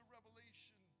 revelation